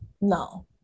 No